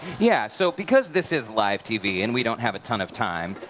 yeah so because this is live tv and we don't have a ton of time,